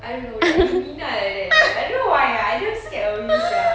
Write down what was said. I don't know like you minah like that eh I don't know why ah I damn scared of you sia